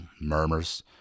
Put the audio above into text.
murmurs